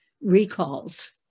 recalls